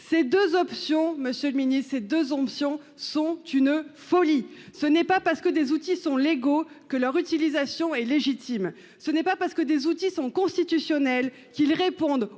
Ces 2 options. Monsieur le Ministre ces deux options sont une folie. Ce n'est pas parce que des outils sont légaux que leur utilisation est légitime, ce n'est pas parce que des outils sont. Qu'il réponde